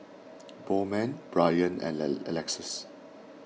Bowman Bryant and Alexus